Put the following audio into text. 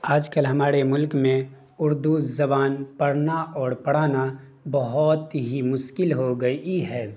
آج کل ہمارے ملک میں اردو زبان پڑنا اور پڑانا بہت ہی مشکل ہو گئی ہے